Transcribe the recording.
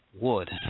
wood